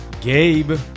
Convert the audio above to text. Gabe